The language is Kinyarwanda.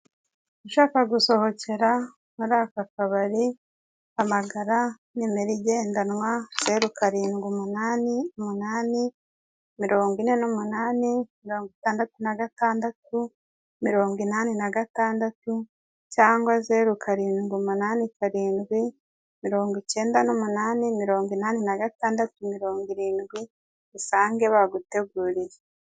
Ushaka gusohokera muri aka kabari, hamagara nimero igendanwa, zeru karindwi umunani umunani, mirongo ine n'umunani, mirongo itandatu na gatandatu, mirongo inani na gatandatu, cyangwa zeru karindwi umunani karindwi, mirongo kenda n'umunani mirongo inani na gatandatu mirongo irindwi usange baguteguriye.